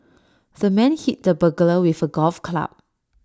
the man hit the burglar with A golf club